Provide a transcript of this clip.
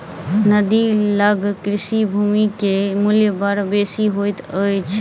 नदी लग कृषि भूमि के मूल्य बड़ बेसी होइत अछि